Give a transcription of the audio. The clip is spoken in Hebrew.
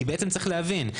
כי צריך להבין.